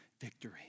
victory